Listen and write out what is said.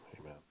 Amen